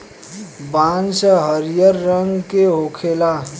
बांस हरियर रंग के होखेला